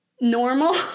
normal